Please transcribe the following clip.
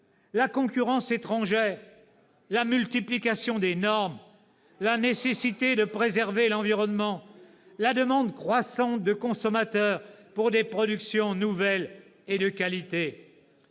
la concurrence étrangère, la multiplication des normes, la nécessité de préserver l'environnement, la demande croissante de consommateurs pour des productions nouvelles et de qualité.